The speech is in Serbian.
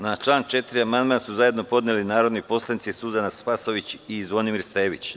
Na član 4. amandman su zajedno podneli narodni poslanici Suzana Spasojević i Zvonimir Stević.